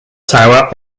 tower